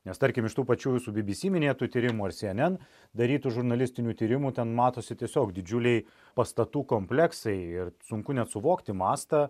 nes tarkim iš tų pačių jūsų bi bi si minėtų tyrimų ar si en en darytų žurnalistinių tyrimų ten matosi tiesiog didžiuliai pastatų kompleksai ir sunku net suvokti mastą